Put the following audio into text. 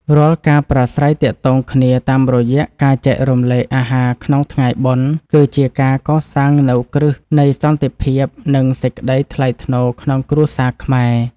រាល់ការប្រាស្រ័យទាក់ទងគ្នាតាមរយៈការចែករំលែកអាហារក្នុងថ្ងៃបុណ្យ គឺជាការកសាងនូវគ្រឹះនៃសន្តិភាព និងសេចក្តីថ្លៃថ្នូរក្នុងគ្រួសារខ្មែរ។